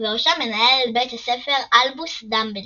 ובראשם מנהל בית הספר אלבוס דמבלדור,